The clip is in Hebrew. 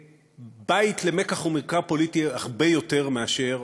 לבית למיקח וממכר פוליטיים הרבה יותר מאשר